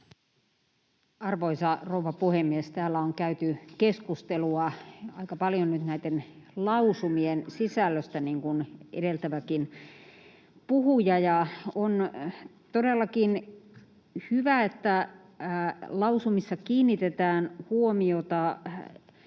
Arvoisa rouva puhemies! Täällä on käyty keskustelua aika paljon nyt näiden lausumien sisällöstä — niin kuin edeltäväkin puhuja — ja on todellakin hyvä, että lausumissa kiinnitetään huomiota